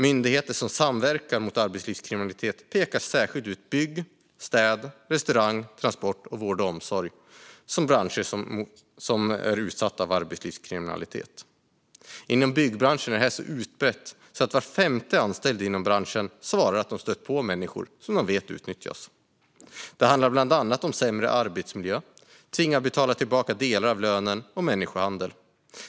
Myndigheter som samverkar mot arbetslivskriminalitet pekar särskilt ut bygg, städ, restaurang och transportbranscherna samt vård och omsorg som branscher som är utsatta för arbetslivskriminaliteten. Inom byggbranschen är det så utbrett att var femte anställd inom branschen svarar att de stött på människor som de vet utnyttjas. Det handlar bland annat om sämre arbetsmiljö, om att man tvingas betala tillbaka delar av lönen och om människohandel.